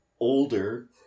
older